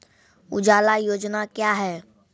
उजाला योजना क्या हैं?